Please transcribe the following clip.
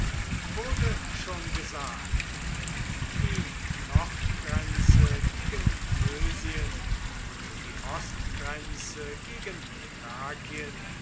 wurde schon gesagt die nordgrenze gegen mösien und die ostgrenze gegen